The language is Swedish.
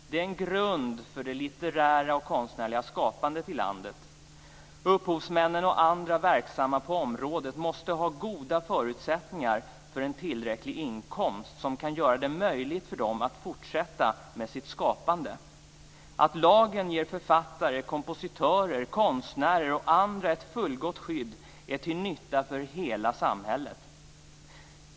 Den är en grund för det litterära och konstnärliga skapandet i landet. Upphovsmännen och andra verksamma på området måste ha goda förutsättningar för en tillräcklig inkomst, som kan göra det möjligt för dem att fortsätta med sitt skapande. Att lagen ger författare, kompositörer, konstnärer och andra ett fullgott skydd är till nytta för hela samhället.